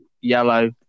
yellow